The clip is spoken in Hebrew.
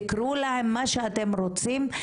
תקראו להם מה שאתם רוצים,